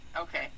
Okay